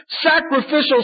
sacrificial